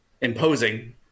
imposing